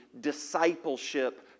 discipleship